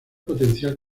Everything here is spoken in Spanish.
potencial